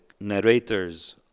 narrators